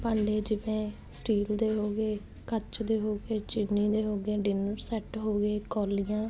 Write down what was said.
ਭਾਂਡੇ ਜਿਵੇਂ ਸਟੀਲ ਦੇ ਹੋ ਗਏ ਕੱਚ ਦੇ ਹੋਗੇ ਚੀਨੀ ਦੇ ਹੋ ਗਏ ਡਿਨਰ ਸੈੱਟ ਹੋ ਗਏ ਕੌਲੀਆਂ